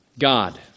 God